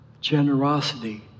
generosity